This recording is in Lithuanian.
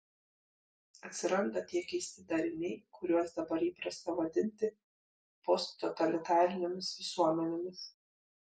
atsiranda tie keisti dariniai kuriuos dabar įprasta vadinti posttotalitarinėmis visuomenėmis